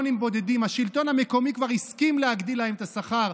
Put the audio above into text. השלטון המקומי כבר הסכים להגדיל להם את השכר,